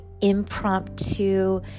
impromptu